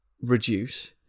reduce